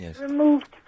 removed